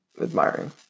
admiring